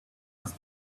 must